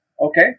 okay